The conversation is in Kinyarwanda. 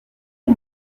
cyo